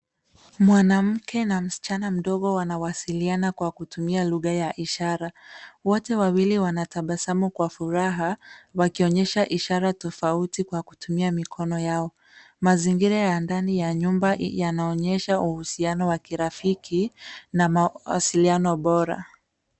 A woman and a girl are seen communicating using sign language. Both of them are smiling in excitement and are showing different signs using their hands. The environment inside the house shows a friendly relationship and good communication.